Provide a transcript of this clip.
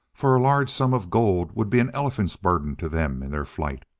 for a large sum of gold would be an elephant's burden to them in their flight.